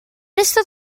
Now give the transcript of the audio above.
ystod